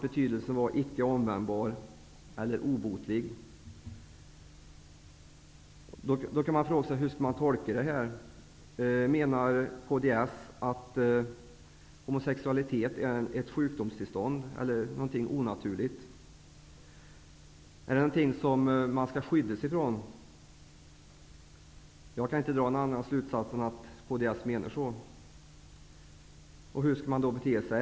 Betydelsen var ''icke omvändbar; Hur skall man tolka detta? Menar kds att homosexualitet är ett sjukdomstillstånd eller någonting onaturligt? Är det någonting som man skall skyddas ifrån? Jag kan inte dra någon annan slutsats än att kds menar så. Hur skall man då bete sig?